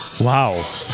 Wow